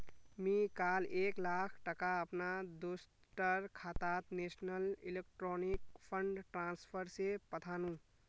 मी काल एक लाख टका अपना दोस्टर खातात नेशनल इलेक्ट्रॉनिक फण्ड ट्रान्सफर से पथानु